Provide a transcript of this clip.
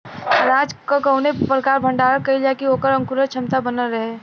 अनाज क कवने प्रकार भण्डारण कइल जाय कि वोकर अंकुरण क्षमता बनल रहे?